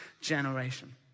generation